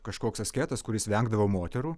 kažkoks asketas kuris vengdavo moterų